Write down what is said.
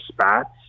spats